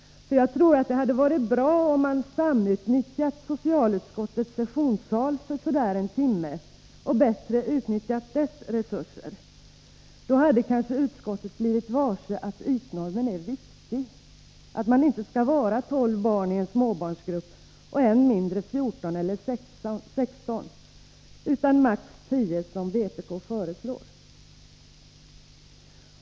Jag tror nämligen att det hade varit bra om man samutnyttjat socialutskottets sessionssal under någon timme och bättre utnyttjat dess resurser. Då hade kanske utskottet blivit varse att ytnormen är viktig, att det inte skall vara 12 barn i en småbarnsgrupp, än mindre 14 eller 16, utan maximalt 10, som vpk föreslår.